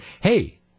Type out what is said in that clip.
hey